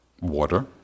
water